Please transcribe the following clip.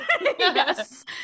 Yes